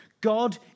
God